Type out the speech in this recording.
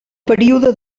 període